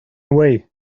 away